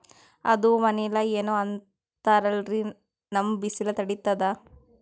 ಅದು ವನಿಲಾ ಏನೋ ಅಂತಾರಲ್ರೀ, ನಮ್ ಬಿಸಿಲ ತಡೀತದಾ?